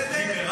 זה בסדר?